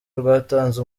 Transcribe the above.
rwatanze